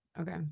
Okay